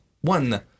one